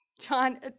John